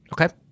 Okay